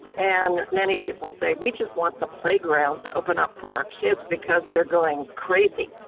and many people say, we just want the playgrounds open up for our kids because they're going crazy.